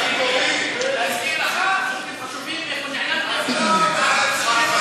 ההצעה להעביר לוועדה את הצעת חוק סיוע לבוגרי מסגרת השמה חוץ-ביתית,